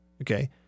okay